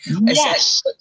Yes